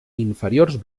inferiors